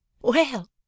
Well